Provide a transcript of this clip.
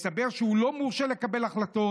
הסתבר לו שהוא לא מורשה לקבל החלטות.